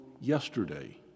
yesterday